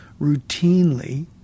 routinely